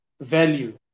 value